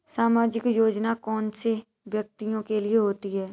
सामाजिक योजना कौन से व्यक्तियों के लिए होती है?